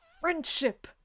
friendship